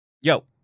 Yo